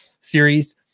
series